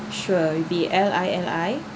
sure it'll be L I L I